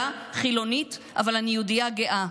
אני אולי יהודייה חילונית אבל אני יהודייה גאה.